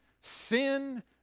sin